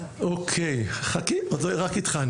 כאשר את הביטוח עורכות